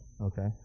Okay